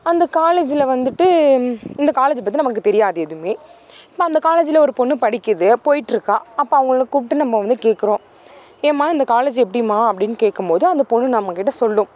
அந்த காலேஜில் வந்துவிட்டு இந்த காலேஜ்ஜை பற்றி நமக்கு தெரியாது எதுவுமே இல்லை அந்த காலேஜில் ஒரு பொண்ணு படிக்குது போயிட்டுருக்கா அப்போ அவங்களை கூப்பிட்டு நம்ப வந்து கேட்குறோம் ஏம்மா இந்த காலேஜ் எப்படிம்மா அப்படின் கேட்கும்போது அந்த பொண்ணு நம்மக்கிட்ட சொல்லும்